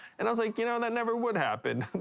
and i was like, you know, that never would happen.